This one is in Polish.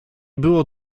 było